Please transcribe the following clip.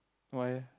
why leh